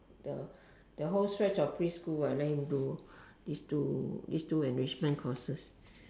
the the whole stretch of preschool I let him do this two this two enrichment courses